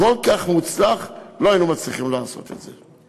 כל כך מוצלח לא היינו מצליחים לעשות את זה.